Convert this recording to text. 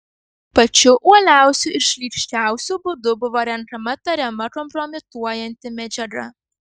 pačiu uoliausiu ir šlykščiausiu būdu buvo renkama tariama kompromituojanti medžiaga